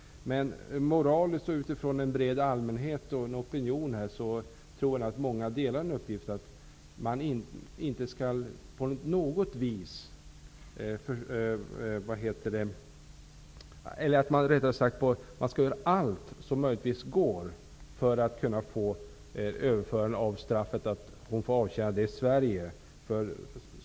Jag tror att många delar uppfattningen att man skall göra allt som rimligtvis går för att få till stånd ett överförande av straffet så att Annika Östberg kan avtjäna det i Sverige.